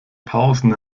pausen